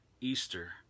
Easter